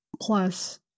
plus